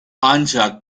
ancak